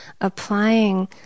applying